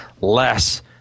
less